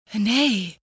Nay